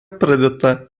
pradėta